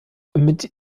mit